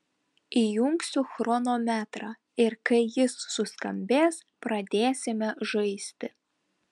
įjungsiu chronometrą ir kai jis suskambės pradėsime žaisti